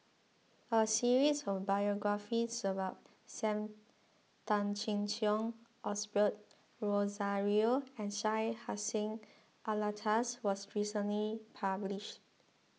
a series of biographies about Sam Tan Chin Siong Osbert Rozario and Syed Hussein Alatas was recently published